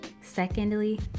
Secondly